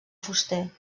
fuster